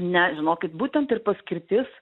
ne žinokit būtent ir paskirtis